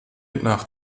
nach